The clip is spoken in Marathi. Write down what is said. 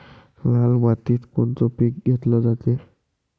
लाल मातीत कोनचं पीक घेतलं जाते?